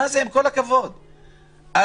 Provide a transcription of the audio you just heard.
אבל